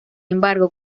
embargo